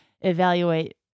evaluate